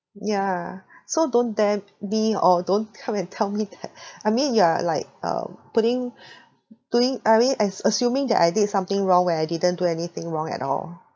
yeah so don't dare me or don't come and tell me that I mean you are like uh putting doing I mean as assuming that I did something wrong when I didn't do anything wrong at all